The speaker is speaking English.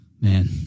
man